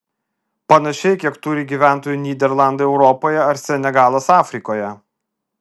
panašiai kiek turi gyventojų nyderlandai europoje ar senegalas afrikoje